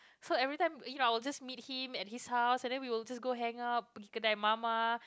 so everytime you know we just meet him at his house and then we will just go hangout kedai mama